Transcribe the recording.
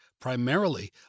primarily